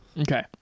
Okay